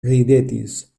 ridetis